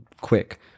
quick